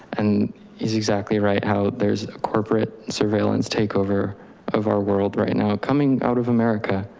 and he's exactly right. how there's a corporate surveillance takeover of our world right now coming out of america.